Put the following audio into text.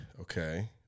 okay